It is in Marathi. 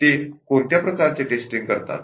ते कोणत्या प्रकारचे टेस्टिंग करतात